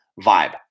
vibe